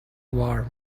warm